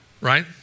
right